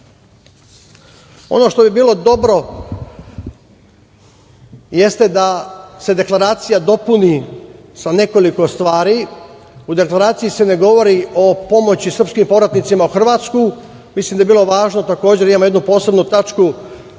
što bi bilo dobro jeste da se deklaracija dopuni sa nekoliko stvari. U deklaraciji se ne govori o pomoći srpskim povratnicima u Hrvatsku. Mislim da bi bilo važno da imamo jednu posebnu tačku